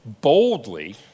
Boldly